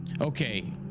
Okay